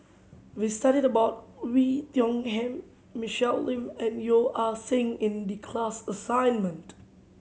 we studied about Oei Tiong Ham Michelle Lim and Yeo Ah Seng in the class assignment